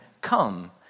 Come